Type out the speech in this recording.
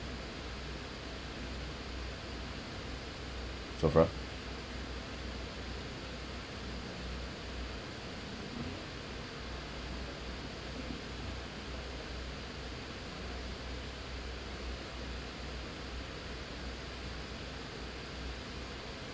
sakura